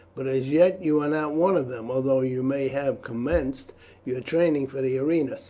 but as yet you are not one of them although you may have commenced your training for the arena.